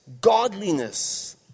godliness